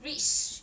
rich